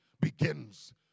begins